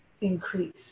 increase